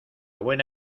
buena